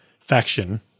faction